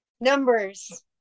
Numbers